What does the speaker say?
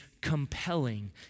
compelling